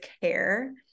care